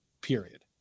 period